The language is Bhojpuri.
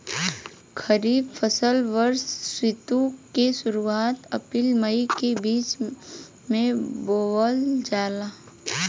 खरीफ फसल वषोॅ ऋतु के शुरुआत, अपृल मई के बीच में बोवल जाला